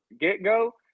get-go